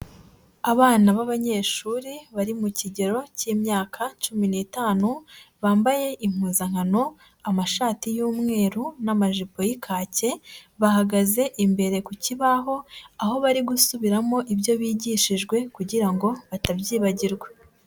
Abana b'abanyeshuri bari mu kigero cy'imyaka cumi n'itanu bambaye impuzankano, amashati y'umweru n'amajipo y'ikake, bahagaze imbere ku kibaho aho bari gusubiramo ibyo bigishijwe kugira ngo batabyibagirwa.